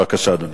בבקשה, אדוני.